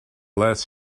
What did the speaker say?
last